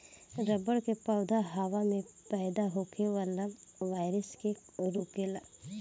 रबड़ के पौधा हवा में पैदा होखे वाला वायरस के रोकेला